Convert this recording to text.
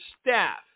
staff